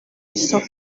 isoko